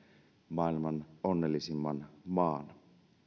maailman onnellisimman maan